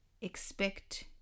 expect